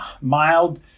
mild